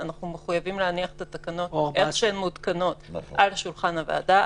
אנחנו מחויבים להניח את התקנות ברגע שהן מותקנות על שולחן הוועדה.